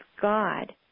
God